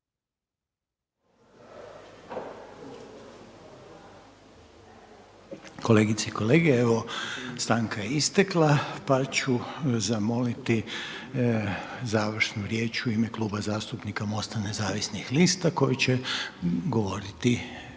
Kolegice i kolege, evo stanka je istekla pa ću zamoliti završnu riječ u ime Kluba zastupnika MOST-a nezavisnih lista koju će govoriti